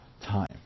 time